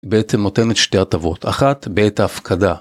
בעצם נותנת שתי הטבות, אחת בעת ההפקדה.